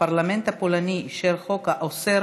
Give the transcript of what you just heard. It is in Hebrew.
9296 ו-9299: הפרלמנט של פולין אישר חוק האוסר